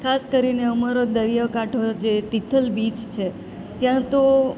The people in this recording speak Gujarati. ખાસ કરીને અમારો દરિયાકાંઠો જે તિથલ બીચ છે ત્યાં તો